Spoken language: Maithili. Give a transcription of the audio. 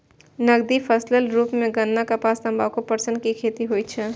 नकदी फसलक रूप मे गन्ना, कपास, तंबाकू, पटसन के खेती होइ छै